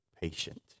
patient